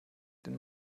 den